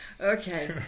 Okay